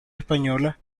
española